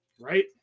Right